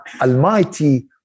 Almighty